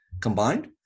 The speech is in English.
combined